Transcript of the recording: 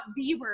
Bieber